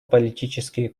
политические